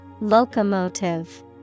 Locomotive